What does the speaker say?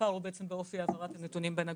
הפער הוא באופי העברת הנתונים בין הגורמים.